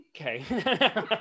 Okay